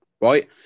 right